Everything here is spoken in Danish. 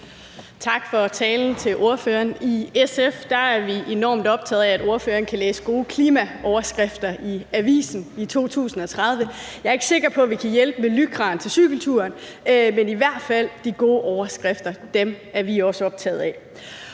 ordføreren for talen. I SF er vi enormt optaget af, at ordføreren kan læse gode klimaoverskrifter i avisen i 2030. Jeg er ikke sikker på, at vi kan hjælpe med lycraen til cykelturen, men i hvert fald de gode overskrifter. Dem er vi også optaget af,